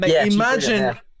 imagine